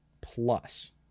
plus